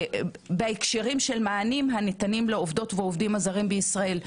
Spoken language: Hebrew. בהקשרים של מענים הניתנים לעובדות ועובדים הזרים בישראל.